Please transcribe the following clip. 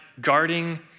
guarding